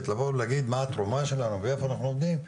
לבוא ולהגיד מה התרומה שלנו ואיפה עומדים,